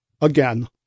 Again